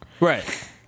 Right